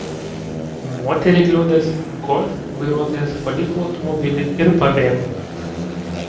moterį kliudęs golf vairuotojas paliko automobilį ir pabėgo